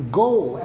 goal